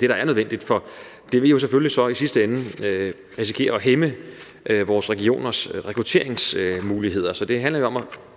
det, der er nødvendigt, for det vil selvfølgelig i sidste ende risikere at komme til at hæmme vores regioners rekrutteringsmuligheder.